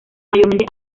mayormente